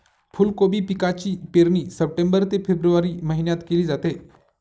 फुलकोबी पिकाची पेरणी सप्टेंबर ते फेब्रुवारी महिन्यात केली जाते